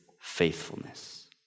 faithfulness